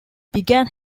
began